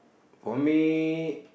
for me